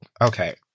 okay